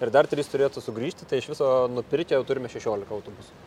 ir dar trys turėtų sugrįžti tai iš viso nupirkę jau turime šešiolika autobusų